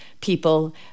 people